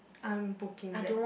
I'm booking there